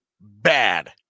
bad